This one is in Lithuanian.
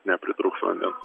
nepritrūks vandens